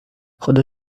خدا